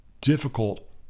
difficult